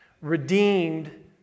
Redeemed